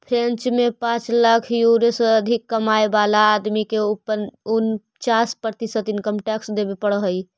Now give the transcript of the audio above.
French में पाँच lakh euro से अधिक कमाय वाला आदमी के उन्चास प्रतिशत इनकम टैक्स देवे पड़ऽ हई